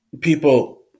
people